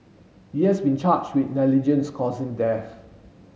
he has been charge with negligence causing death